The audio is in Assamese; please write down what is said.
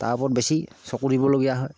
তাৰ ওপৰত বেছি চকু দিবলগীয়া হয়